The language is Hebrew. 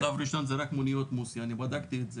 שלב ראשון זה רק מוניות מוסי, אני בדקתי את זה.